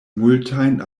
multajn